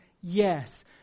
Yes